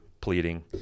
pleading